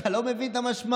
אתה לא מבין את המשמעות,